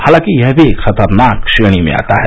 हालांकि यह भी खतरनाक श्रेणी में आता है